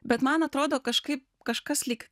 bet man atrodo kažkaip kažkas lyg